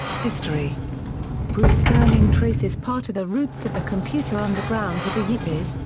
history bruce sterling traces part of the roots of the computer underground to the yippies,